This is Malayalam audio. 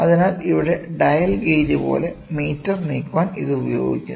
അതിനാൽ ഇവിടെ ഡയൽ ഗേജ് പോലെ മീറ്റർ നീക്കാൻ ഇത് ഉപയോഗിക്കുന്നു